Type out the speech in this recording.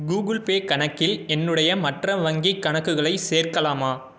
Google Pay கணக்கில் என்னுடைய மற்ற வங்கிக் கணக்குகளை சேர்க்கலாமா